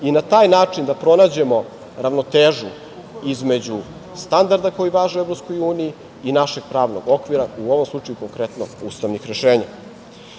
i na taj način da pronađemo ravnotežu između standarda koji važe u EU i našeg pravnog okvira, u ovom slučaju konkretno ustavnih rešenja. Kada